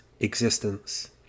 Existence